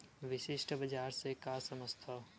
विशिष्ट बजार से का समझथव?